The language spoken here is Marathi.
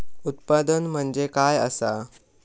उत्पादन म्हणजे काय असा?